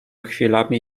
chwilami